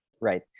Right